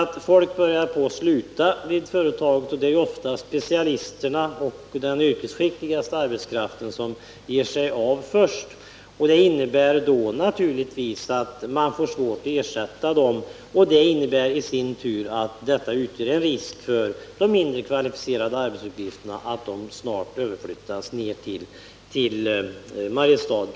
Folk börjar sluta vid företaget, och därvid är det ofta specialisterna och den skickligaste arbetskraften som först ger sig av. Det blir naturligtvis svårt att ersätta denna arbetskraft, vilket i sin tur innebär ytterligare risker för att de mindre kvalificerade arbetsuppgifterna flyttas ned till Mariestad.